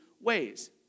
ways